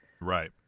Right